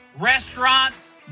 Restaurants